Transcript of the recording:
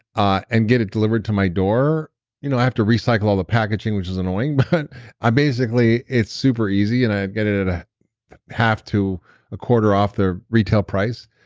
and get it delivered to my door. you know i have to recycle all the packaging, which is annoying, but i basically. it's super easy, and i get it a half to a quarter off the retail price.